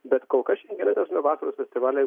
bet kol kas šiandienai tas nuo vasaros festivaliai